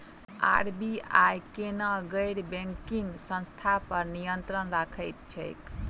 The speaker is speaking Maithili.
आर.बी.आई केना गैर बैंकिंग संस्था पर नियत्रंण राखैत छैक?